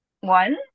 one